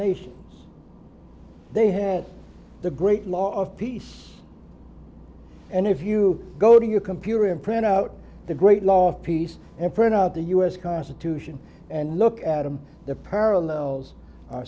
nations they had the great law of peace and if you go to your computer imprint out the great law of peace and print out the u s constitution and look at them the parallels are